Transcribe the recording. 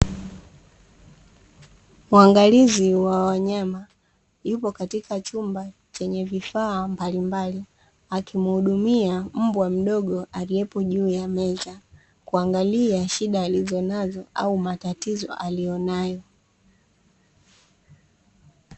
Muangalizi wa wanyama yupo katika chumba chenye vifaa mbalimbali, akimuhudumia mbwa mdogo aliyepo juu ya meza kuangalia shida alizonazo au matatizo aliyonayo.